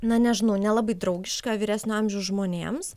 na nežinau nelabai draugiška vyresnio amžiaus žmonėms